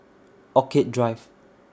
Orchid Drive